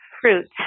fruits